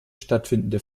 stattfindende